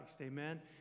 Amen